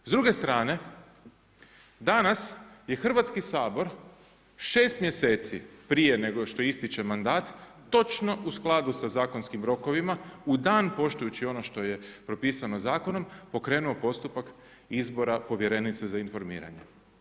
S druge strane, danas je Hrvatski sabor 6 mjeseci prije nego što ističe mandat točno u skladu sa zakonskim rokovima, u dan poštujući ono što je propisano zakonom, pokrenuo postupak izbora povjerenice za informiranje.